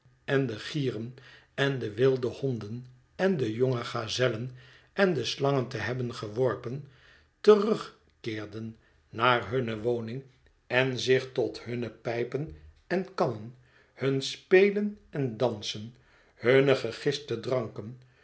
en de gieren en de wilde honden en de jonge gazellen en de slangen te hebben geworpen terugkeerden naar hunne woning en zich tot hunne pijpen en kannen hun spelen en dansen hunne gegiste dranken